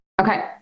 Okay